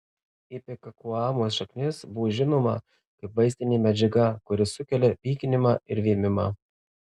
ipekakuanos šaknis buvo žinoma kaip vaistinė medžiaga kuri sukelia pykinimą ir vėmimą